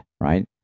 right